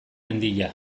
handia